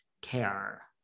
care